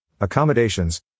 accommodations